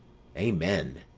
amen!